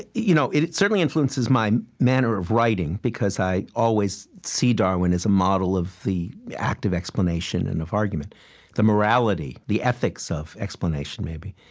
it you know it certainly influences my manner of writing, because i always see darwin as a model of the act of explanation and of argument the morality, the ethics of explanation, maybe.